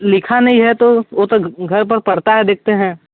लिखा नहीं है तो वो तो घर पर पढ़ता है देखते हैं